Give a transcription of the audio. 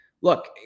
Look